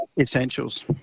essentials